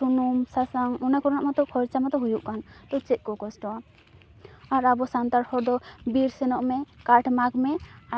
ᱥᱩᱱᱩᱢ ᱥᱟᱥᱟᱝ ᱚᱱᱟᱠᱚᱨᱮᱱᱟᱜ ᱢᱟᱛᱚ ᱠᱷᱚᱨᱚᱪᱟ ᱢᱟᱛᱚᱦᱩᱭᱩᱜ ᱠᱟᱱ ᱛᱚ ᱪᱮᱫ ᱠᱚ ᱠᱚᱥᱴᱚᱜᱼᱟ ᱟᱨ ᱟᱵᱚ ᱥᱟᱱᱛᱟᱲ ᱦᱚᱲ ᱫᱚ ᱵᱤᱨ ᱥᱮᱱᱚᱜ ᱢᱮ ᱠᱟᱴ ᱢᱟᱜᱽ ᱢᱮ